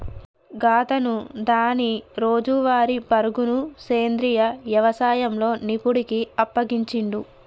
గాతను దాని రోజువారీ పరుగును సెంద్రీయ యవసాయంలో నిపుణుడికి అప్పగించిండు